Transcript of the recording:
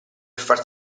far